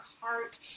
heart